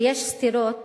שיש סתירות